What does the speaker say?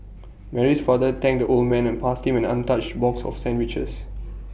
Mary's father thanked the old man and passed him an untouched box of sandwiches